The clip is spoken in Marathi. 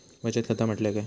बचत खाता म्हटल्या काय?